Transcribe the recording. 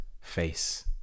face